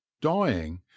dying